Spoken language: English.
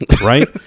right